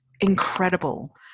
incredible